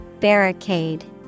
Barricade